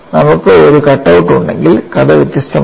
നമുക്ക് ഒരു cut out ഉണ്ടെങ്കിൽ കഥ വ്യത്യസ്തമാണ്